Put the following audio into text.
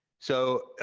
so,